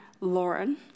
Lauren